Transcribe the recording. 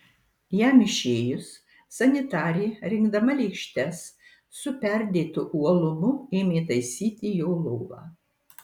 jam išėjus sanitarė rinkdama lėkštes su perdėtu uolumu ėmė taisyti jo lovą